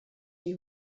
die